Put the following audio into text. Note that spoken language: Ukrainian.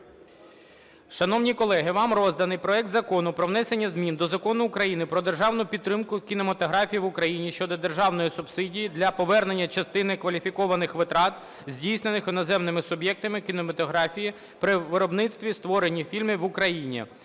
Шановні колеги! Вам розданий проект Закону про внесення змін до Закону України "Про державну підтримку кінематографії в Україні" щодо державної субсидії для повернення частини кваліфікованих витрат, здійснених іноземним суб'єктом кінематографії при виробництві (створенні) фільму в Україні,